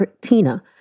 Tina